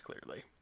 clearly